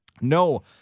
No